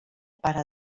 para